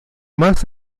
más